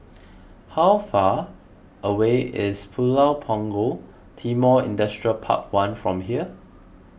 how far away is Pulau Punggol Timor Industrial Park one from here